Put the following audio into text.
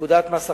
בפקודת מס הכנסה,